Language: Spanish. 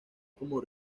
como